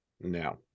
Now